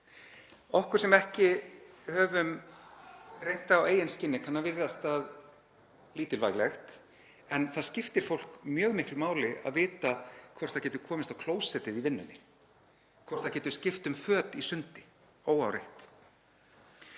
Okkur sem ekki höfum reynt það á eigin skinni kann að virðast það lítilvægt en það skiptir fólk mjög miklu máli að vita hvort það getur komist á klósettið í vinnunni og hvort það getur skipt um föt í sundi óáreitt.